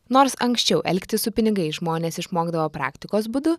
nors anksčiau elgtis su pinigais žmonės išmokdavo praktikos būdu